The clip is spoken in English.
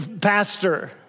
pastor